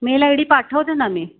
mail I D पाठवते ना मी